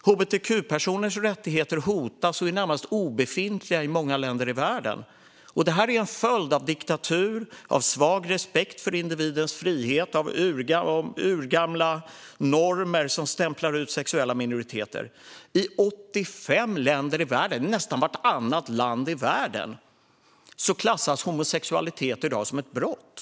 Hbtq-personers rättigheter hotas och är närmast obefintliga i många länder i världen, och det är en följd av diktatur, dålig respekt för individens frihet och urgamla normer som stämplar ut sexuella minoriteter. I 85 länder, alltså i nästan vartannat land i världen, klassas homosexualitet som ett brott.